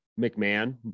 McMahon